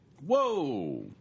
Whoa